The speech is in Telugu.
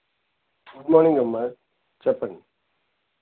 గుడ్ మార్నింగ్ అమ్మా చెప్పండి